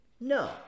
No